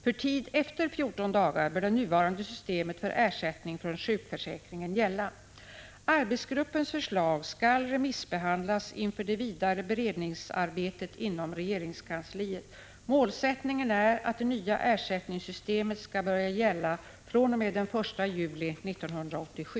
För tid efter 14 dagar bör det nuvarande systemet för ersättning från sjukförsäkringen gälla. Arbetsgruppens förslag skall remissbehandlas inför det vidare beredningsarbetet inom regeringskansliet. Målsättningen är att det nya ersättningssystemet skall börja gälla fr.o.m. den 1 juli 1987.